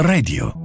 Radio